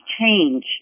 change